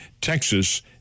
Texas